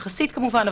יחסית כמובן,